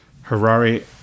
Harari